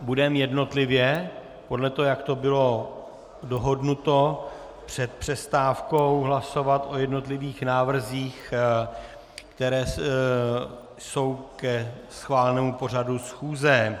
Budeme jednotlivě, podle toho, jak to bylo dohodnuto před přestávkou, hlasovat o jednotlivých návrzích, které jsou ke schválenému pořadu schůze.